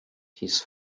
his